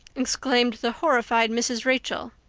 exclaimed the horrified mrs. rachel.